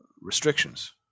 restrictions